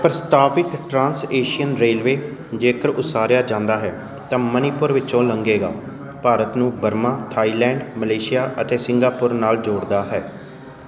ਪ੍ਰਸਤਾਵਿਤ trans Asian railway ਜੇਕਰ ਉਸਾਰਿਆ ਜਾਂਦਾ ਹੈ ਤਾਂ ਮਨੀਪੁਰ ਵਿੱਚੋਂ ਲੰਘੇਗਾ ਭਾਰਤ ਨੂੰ ਬਰਮਾ ਥਾਈਲੈਂਡ ਮਲੇਸ਼ੀਆ ਅਤੇ ਸਿੰਗਾਪੁਰ ਨਾਲ ਜੋੜਦਾ ਹੈ